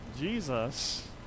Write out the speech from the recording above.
Jesus